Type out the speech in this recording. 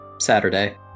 saturday